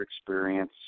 experience